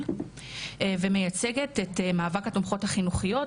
ואני מייצגת את מאבק התומכות החינוכיות,